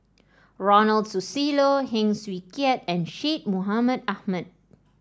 Ronald Susilo Heng Swee Keat and Syed Mohamed Ahmed